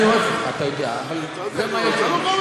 אני אוהב אותך, אתה יודע, אבל זה מה יש לנו.